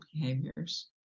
behaviors